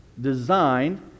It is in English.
designed